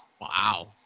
Wow